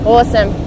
Awesome